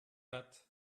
hat